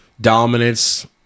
dominance